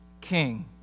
king